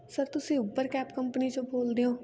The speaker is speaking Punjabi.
ਸਰ ਤੁਸੀਂ ਉਬਰ ਕੈਬ ਕੰਪਨੀ 'ਚੋਂ ਬੋਲਦੇ ਹੋ